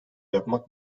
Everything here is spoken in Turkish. yapmak